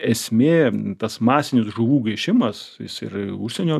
esmė tas masinis žuvų gaišimas jis ir užsienio